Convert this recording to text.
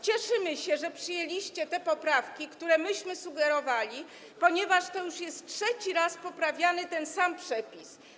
Cieszymy się, że przyjęliście te poprawki, które myśmy sugerowali, ponieważ to już trzeci raz jest poprawiany ten sam przepis.